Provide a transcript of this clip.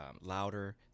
Louder